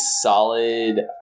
solid